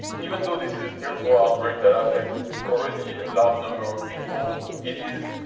even though this is a terrible outbreak that affects already a large number of people, it is